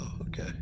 Okay